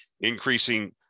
increasing